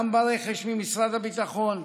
גם ברכש של משרד הביטחון,